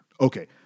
Okay